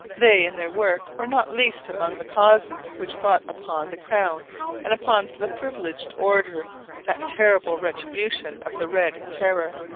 they and their work were not least among the causes which brought upon the crown and upon the privileged orders that terrible retribution of the red terror.